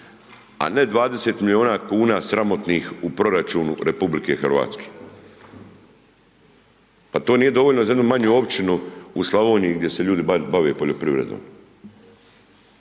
a ne 20 milijuna kuna sramotnih u proračunu RH. Pa to nije dovoljno za jednu manju općinu u Slavoniji gdje se ljudi bave poljoprivredom.